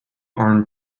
armed